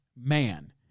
man